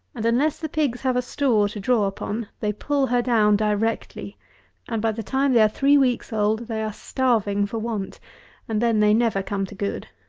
and unless the pigs have a store to draw upon, they pull her down directly and, by the time they are three weeks old, they are starving for want and then they never come to good.